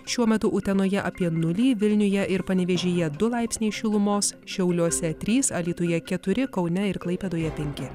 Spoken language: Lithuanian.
šiuo metu utenoje apie nulį vilniuje ir panevėžyje du laipsniai šilumos šiauliuose trys alytuje keturi kaune ir klaipėdoje penki